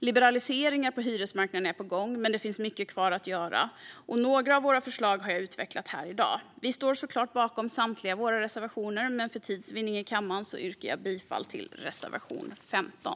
Liberaliseringar på hyresmarknaden är på gång, men det finns mycket kvar att göra. Några av våra förslag har jag utvecklat här i dag. Vi står såklart bakom samtliga våra reservationer, men för tids vinnande i kammaren yrkar jag bifall endast till reservation 15.